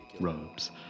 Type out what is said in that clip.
robes